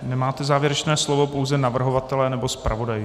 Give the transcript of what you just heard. Nemáte závěrečné slovo, pouze navrhovatelé nebo zpravodaj.